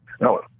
No